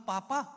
Papa